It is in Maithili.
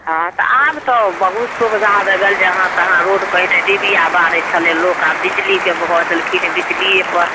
हँ तऽ आब तऽ बहुत सुविधा भए गेल जे जहाँ तहाँ रोड पहिले डिबिया बारै छलै लोक आब बिजलीके कऽ देलखिन बिजलिये पर